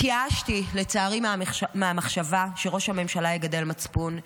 התייאשתי מהמחשבה שראש הממשלה יגדל מצפון,